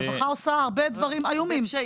הרווחה עושה הרבה דברים איומים.